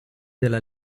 della